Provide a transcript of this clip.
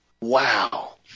Wow